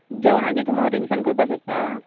जेवणाची तुमी अरेंजमेन्ट करपा शकता